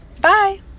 Bye